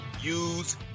use